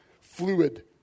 fluid